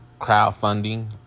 crowdfunding